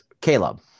Caleb